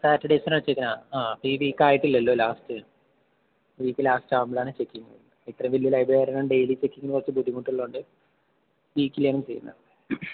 Saturdays ആ അപ്പോ ഈ വീക്കായിട്ടില്ലല്ലോ ലാസ്റ്റ് ഈ വീക്ക് ലാസ്റ്റ് ആവുമ്പോളാണ് ചെക്കിങ്ങ് വരുന്നത് ഇത്രയും വലിയ ലൈബ്രറിയായത് കൊണ്ട് ഡെയിലി ചെക്കിങ്ങിന് കുറച്ച് ബുദ്ധിമുട്ടുള്ളത് കൊണ്ട് വീക്കിലിയാണ് ചെയ്യുന്നത്